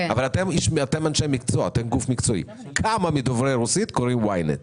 אבל אתם אנשי מקצוע כמה מדוברי הרוסית קוראים YNET?